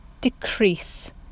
decrease